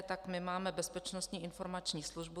Tak my máme Bezpečnostní informační službu.